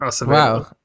Wow